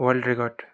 world record